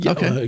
Okay